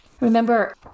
Remember